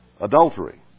adultery